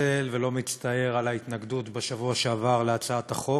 מתנצל ולא מצטער על ההתנגדות בשבוע שעבר להצעת החוק.